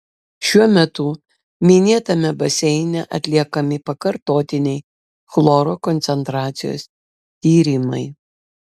šiuo metu minėtame baseine atliekami pakartotiniai chloro koncentracijos tyrimai